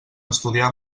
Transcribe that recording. estudiar